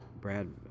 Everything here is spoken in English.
Brad